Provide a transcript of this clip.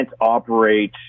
operate